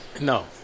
No